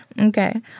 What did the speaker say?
Okay